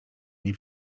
nie